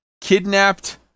kidnapped